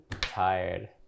Tired